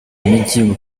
mijyi